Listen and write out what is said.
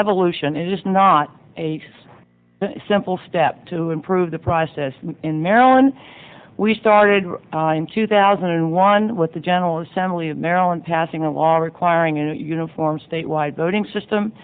evolution is not a simple step to improve the process in maryland we started in two thousand and one with the general assembly in maryland passing a law requiring a uniform statewide voting system